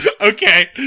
Okay